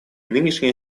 нынешняя